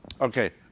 Okay